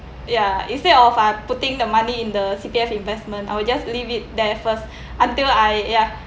ya instead of I putting the money in the C_P_F investment I will just leave it there first until I ya